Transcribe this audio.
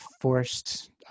forced